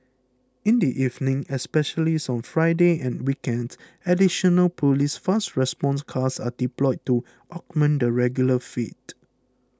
in the evening especially on Fridays and weekends additional police fast response cars are deployed to augment the regular fleet